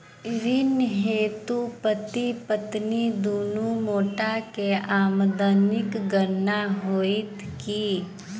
ऋण हेतु पति पत्नी दुनू गोटा केँ आमदनीक गणना होइत की?